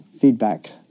feedback